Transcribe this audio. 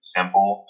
simple